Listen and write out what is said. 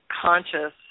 conscious